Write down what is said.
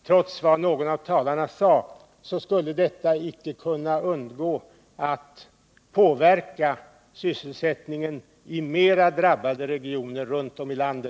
Trots vad någon av talarna sade skulle detta inte kunna undgå att påverka sysselsättningen i mer drabbade regioner runt om i landet.